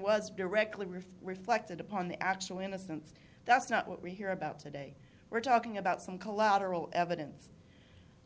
was directly rof reflected upon the actual innocence that's not what we hear about today we're talking about some collateral evidence